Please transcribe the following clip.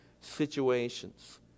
situations